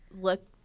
look